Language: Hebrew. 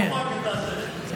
לא רק את זה,